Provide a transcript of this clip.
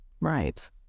Right